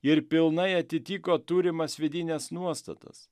ir pilnai atitiko turimas vidines nuostatas